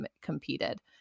competed